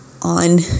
On